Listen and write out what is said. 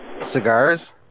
Cigars